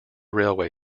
railway